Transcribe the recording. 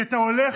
כי אתה הולך